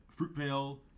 Fruitvale